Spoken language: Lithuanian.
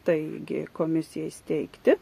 tai gi komisijai steigti